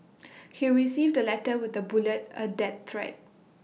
he received letter with A bullet A death threat